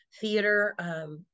theater